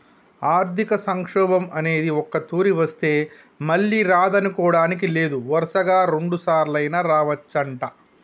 ఆర్థిక సంక్షోభం అనేది ఒక్కతూరి వస్తే మళ్ళీ రాదనుకోడానికి లేదు వరుసగా రెండుసార్లైనా రావచ్చంట